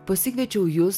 pasikviečiau jus